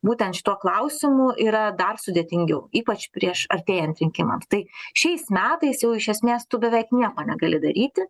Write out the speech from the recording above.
būtent šituo klausimu yra dar sudėtingiau ypač prieš artėjant rinkimams tai šiais metais jau iš esmės tu beveik nieko negali daryti